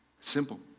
simple